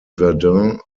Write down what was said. verdun